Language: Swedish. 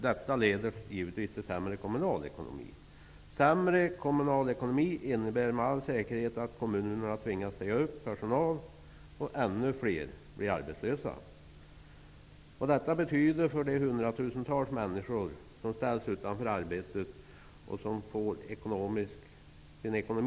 Detta leder givetvis till sämre kommunal ekonomi. Sämre kommunal ekonomi innebär med all säkerhet att kommunerna tvingas att säga upp personal, så att ännu fler blir arbetslösa. Vad detta betyder för de hundratusentals människor som ställs utan arbete och som får sin ekonomi raserad är uppenbart.